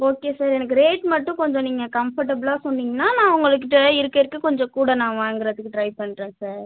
okay sir எனக்கு rate மட்டும் கொஞ்சம் நீங்கள் கம்ஃபட்டபில்லாக சொன்னிங்கன்னா நான் உங்கள்கிட்ட தான் இருக்க இருக்க கொஞ்சம் கூட நான் வாங்குறதுக்கு ட்ரை பண்ணுறன் சார்